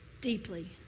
deeply